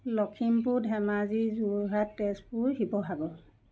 Lakhimpur Dhemaji Jorhat Tezpur Sivasagar